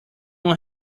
one